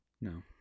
no